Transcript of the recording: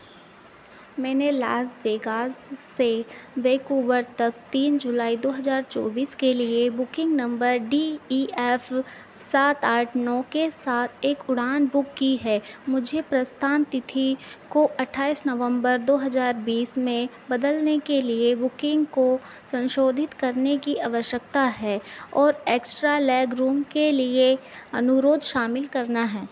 मैंने Las Vegas से Vancouver तक तीन जुलाई दो हज़ार चौबीस के लिए booking number D E F सात आठ नौ के साथ एक उड़ान बुक की है मुझे प्रस्थान तिथि को अट्ठाइस नवंबर दो हज़ार बीस में बदलने के लिए बुकिंग को संशोधित करने की आवश्यकता है और एक्स्ट्रा लैग रूम के लिए एक अनुरोध शामिल करना है